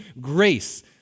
grace